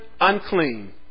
unclean